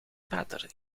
pater